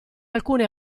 alcune